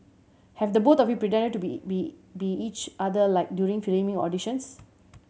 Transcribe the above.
have the both of you pretended to be be be each other like during filming or auditions